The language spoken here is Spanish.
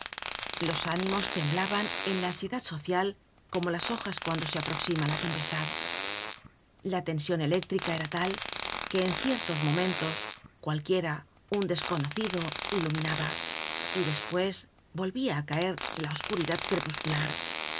los ánimos temblaban en la ansiedad social como las hojas cuando se aproxima la tempestad la tension eléctrica era tal que en ciertos momentos cualquiera un desconocido iluminaba y despues volvia á caer la oscuridad crepuscular